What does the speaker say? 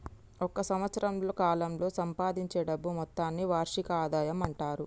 ఒక సంవత్సరం కాలంలో సంపాదించే డబ్బు మొత్తాన్ని వార్షిక ఆదాయం అంటారు